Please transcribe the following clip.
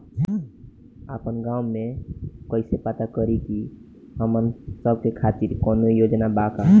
आपन गाँव म कइसे पता करि की हमन सब के खातिर कौनो योजना बा का?